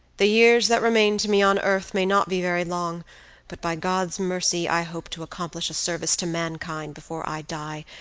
the years that remain to me on earth may not be very long but by god's mercy i hope to accomplish a service to mankind before i die,